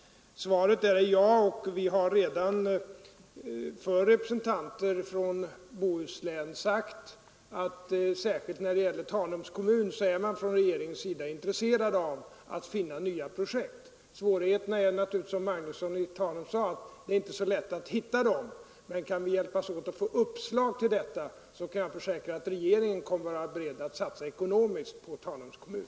Svaret är ja, och vi har redan till representanter för Bohuslän = Ang. lokaliseringen sagt att regeringen, särskilt när det gäller Tanums kommun, är intresserad — av industri till av att finna nya projekt. Problemet är naturligtvis, som herr Magnusson = Västkusten i Tanum sade, att det inte är så lätt att hitta dem, men kan vi hjälpas åt att få uppslag, kan jag försäkra att regeringen kommer att vara beredd att satsa ekonomiskt på Tanums kommun.